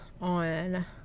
on